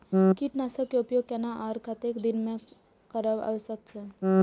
कीटनाशक के उपयोग केना आर कतेक दिन में करब आवश्यक छै?